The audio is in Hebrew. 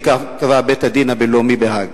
וכך קבע בית-הדין הבין-לאומי בהאג.